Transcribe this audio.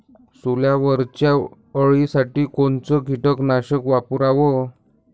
सोल्यावरच्या अळीसाठी कोनतं कीटकनाशक वापराव?